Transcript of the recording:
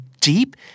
deep